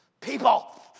people